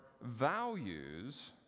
values